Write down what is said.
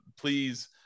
please